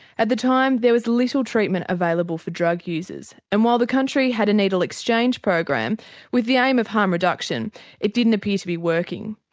at the time there was little treatment available for drug users, and while the country had a needle exchange program with the aim of harm-reduction it didn't appear to be working.